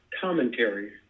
commentary